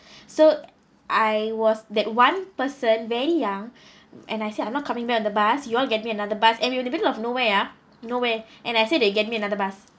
so I was that one person very young and I said I'm not coming back on the bus you want get me another bus and in the middle of nowhere ah nowhere and I said that you get me another bus